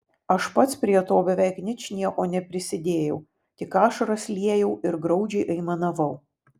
aš pats prie to beveik ničnieko neprisidėjau tik ašaras liejau ir graudžiai aimanavau